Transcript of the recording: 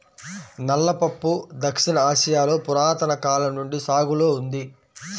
నల్ల పప్పు దక్షిణ ఆసియాలో పురాతన కాలం నుండి సాగులో ఉంది